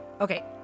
Okay